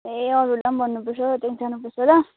ए अरूहरूलाई पनि भन्नुपर्छ त्यहाँदेखि जानुपर्छ ल